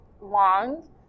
long